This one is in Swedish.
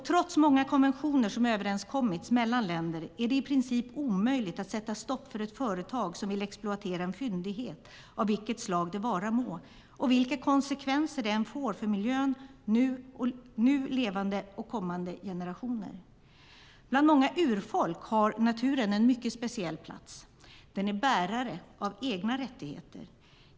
Trots många konventioner som överenskommits mellan länder är det i princip omöjligt att sätta stopp för ett företag som vill exploatera en fyndighet av vilket slag det vara må och med vilka konsekvenser det än får för miljön och nu levande och kommande generationer. Bland många urfolk har naturen en mycket speciell plats. Den är bärare av egna rättigheter.